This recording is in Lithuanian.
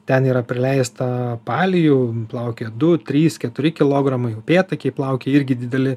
ten yra prileista palijų plaukioja du trys keturi kilogramai upėtakiai plaukioja irgi dideli